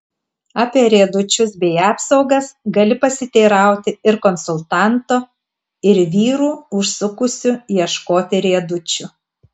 apie riedučius bei apsaugas gali pasiteirauti ir konsultanto ir vyrų užsukusių ieškoti riedučių